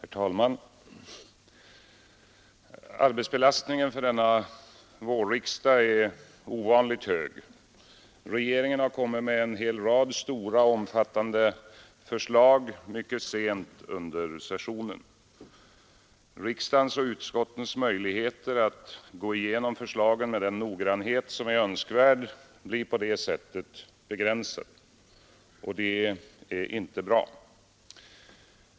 Herr talman! Arbetsbelastningen för denna vårriksdag är ovanligt hög. Regeringen har lagt fram en hel rad stora och omfattande förslag mycket sent under sessionen. Riksdagens och utskottens möjligheter att gå igenom förslagen med den noggrannhet som är önskvärd blir på det sättet begränsad, och det är inte bra.